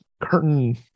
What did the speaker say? curtain